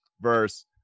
verse